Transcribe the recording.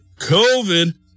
COVID